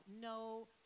No